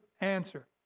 answer